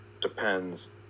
depends